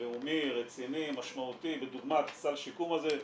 לאומי רציני משמעותי בדוגמת הסל שיקום הזה.